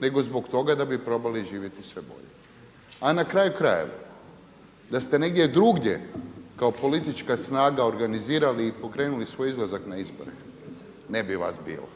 nego zbog toga da bi probali živjeti sve bolje. A na kraju krajeva da ste negdje drugdje kao politička snaga organizirali i pokrenuli svoj izlazak na izbore ne bi vas bilo.